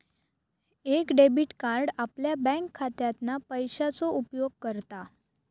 एक debit card आपल्या बँकखात्यातना पैशाचो उपयोग करता